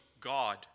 God